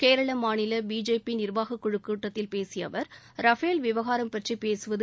கேரள மாநில பிஜேபி நிர்வாகக்குழுக் கூட்டத்தில் பேசிய அவர் ரபேல் விவகாரம் பற்றி பேசுவது